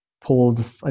pulled